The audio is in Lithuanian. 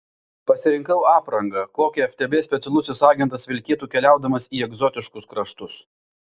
pasirinkau aprangą kokią ftb specialusis agentas vilkėtų keliaudamas į egzotiškus kraštus